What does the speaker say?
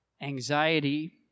anxiety